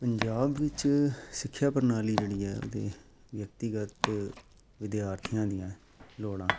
ਪੰਜਾਬ ਵਿੱਚ ਸਿੱਖਿਆ ਪ੍ਰਣਾਲੀ ਜਿਹੜੀ ਹੈ ਉਹਦੇ ਵਿਅਕਤੀਗਤ ਵਿਦਿਆਰਥੀਆਂ ਦੀਆਂ ਲੋੜਾਂ